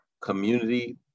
community